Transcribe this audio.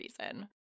reason